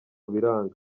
biranga